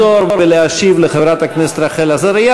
לפתור ולהשיב לחברת הכנסת רחל עזריה